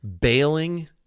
bailing